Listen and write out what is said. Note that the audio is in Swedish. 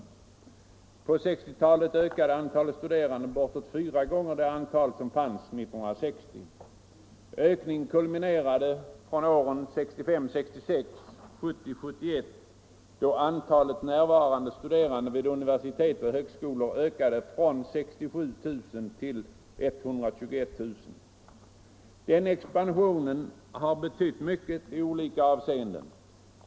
På 1960-talet ökade antalet studerande bortåt fyra gånger från det antal som fanns 1960. Ökningen kulminerade från åren 1965 71, då antalet närvarande studerande vid universitet och högskolor ökade från 67 000 till 121 000. Den expansionen har betytt mycket i olika avseenden.